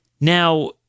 Now